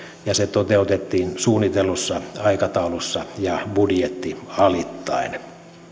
ja se toteutettiin suunnitellussa aikataulussa ja budjetti alittaen